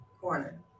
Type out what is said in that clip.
corner